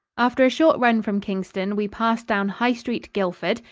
after a short run from kingston, we passed down high street, guildford,